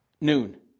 noon